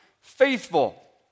faithful